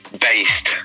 based